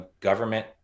government